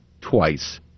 twice